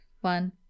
One